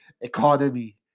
economy